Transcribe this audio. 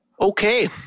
okay